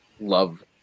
love